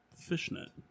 Fishnet